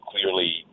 clearly